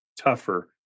tougher